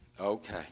Okay